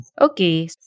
Okay